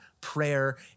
prayer